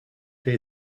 they